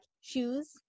shoes